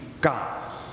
God